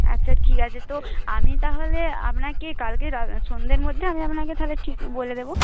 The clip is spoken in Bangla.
আচ্ছা ঠিক আছে তো আমি তাহলে আপনাকে কালকে সন্ধ্যের মধ্যে আমি আপনাকে তাহলে ঠিক বলে দেবো